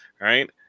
right